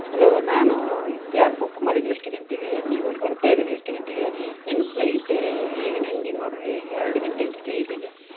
hello ನಾನು ಈ cab book ಮಾಡಿದ್ದು ಎಷ್ಟು ಗಂಟೆಗೆ ನೀವು ಬರ್ತಾ ಇರೋದು ಎಷ್ಟು ಗಂಟೆಗೆ ನನ್ನ ಫ್ಲೈಟ ಈಗ ನಂಗೆ ಈಗ ನೋಡಿರಿ ಎರಡು ಗಂಟೆಗೆ ಫ್ಲೈಟ್ ಇದೆ